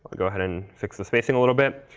go ahead and fix the spacing a little bit.